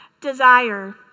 desire